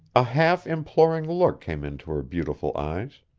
a half-imploring look came into her beautiful eyes.